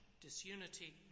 disunity